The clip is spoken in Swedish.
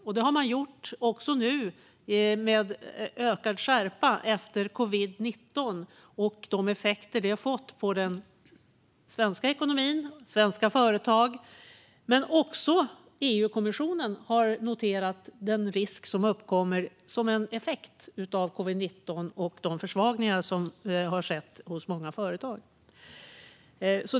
Varnat har man också gjort nu med ökad skärpa efter covid-19 och de effekter det har fått på den svenska ekonomin och svenska företag. Också EU-kommissionen har noterat den risk som uppkommer som en effekt av covid-19 och de försvagningar som vi har sett hos många företag.